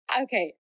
okay